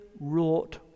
wrought